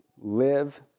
live